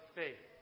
faith